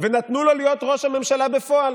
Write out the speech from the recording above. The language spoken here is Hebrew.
ונתנו לו להיות ראש הממשלה בפועל,